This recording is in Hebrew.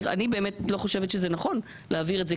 אני באמת לא חושבת שנכון להעביר את זה,